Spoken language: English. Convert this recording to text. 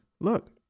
look